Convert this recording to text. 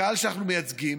הקהל שאנחנו מייצגים,